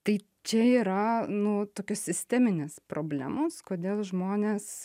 tai čia yra nu tokios sisteminės problemos kodėl žmonės